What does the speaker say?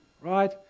right